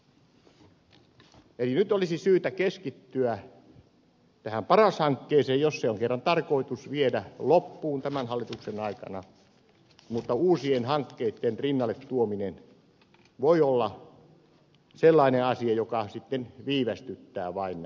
eli nyt olisi syytä keskittyä tähän paras hankkeeseen jos se on kerran tarkoitus viedä loppuun tämän hallituksen aikana mutta uusien hankkeitten rinnalle tuominen voi olla sellainen asia joka sitten viivästyttää vain näitä ratkaisuja